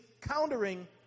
countering